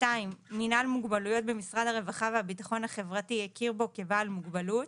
מינהל מוגבלויות במשרד הרווחה והביטחון החברתי הכיר בו כבעל מוגבלות,